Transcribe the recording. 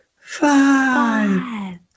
five